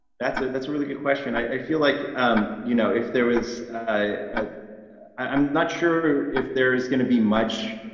that's ah that's a really good question. i feel like you know if there was a i'm not sure if there's going to be much